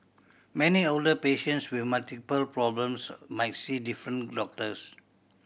many older patients with multiple problems might see different doctors